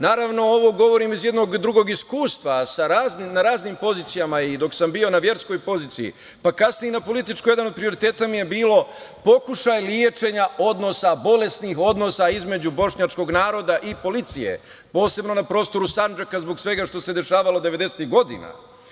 Naravno, ovo govorim iz jednog drugog iskustva, na raznim pozicijama, i dok sam bio na verskoj poziciji, pa kanije i na političkoj, jedan od prioriteta mi je bilo pokušaj lečenja odnosa, bolesnih odnosa između bošnjačkog naroda i policije, posebno na prostoru Sandžaka, zbog svega što se dešavalo devedesetih godina.